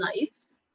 lives